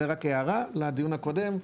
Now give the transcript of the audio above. זו רק הערה לדיון הקודם,